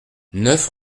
neuf